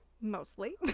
mostly